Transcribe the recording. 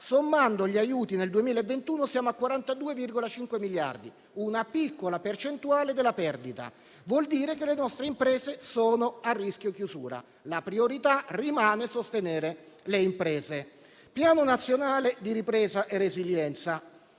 verranno dati nel 2021, siamo a 42,5 miliardi, una piccola percentuale della perdita. Vuol dire che le nostre imprese sono a rischio chiusura. La priorità rimane sostenere le imprese. Piano nazionale di ripresa e resilienza: